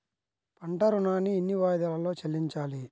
పంట ఋణాన్ని ఎన్ని వాయిదాలలో చెల్లించాలి?